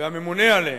והממונה עליהם,